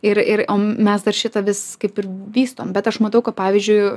ir ir o mes dar šitą vis kaip ir vystom bet aš matau kad pavyzdžiui